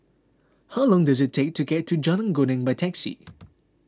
how long does it take to get to Jalan Geneng by taxi